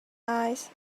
eyes